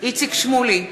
איציק שמולי,